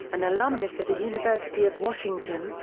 an alumnus of the university of washington,